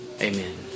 Amen